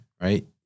right